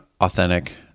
authentic